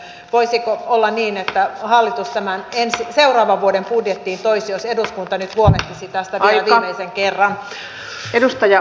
voisiko olla niin että hallitus tämän seuraavan vuoden budjettiin toisi jos eduskunta nyt huolehtisi tästä viimeisen kerran